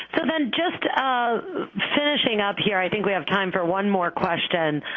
then just finishing up here. i think we have time for one more question.